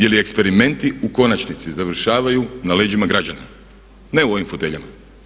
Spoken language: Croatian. Jer i eksperimenti u konačnici završavaju na leđima građana, ne u ovim foteljama.